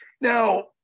Now